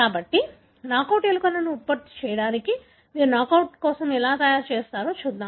కాబట్టి నాకౌట్ ఎలుకలను ఉత్పత్తి చేయడానికి మీరు నాకౌట్ కోసం ఎలా తయారు చేస్తారో చూద్దాం